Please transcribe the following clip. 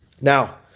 Now